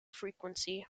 frequency